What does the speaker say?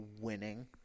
winning